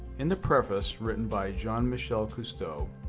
in the preface, written by jean-michel cousteau,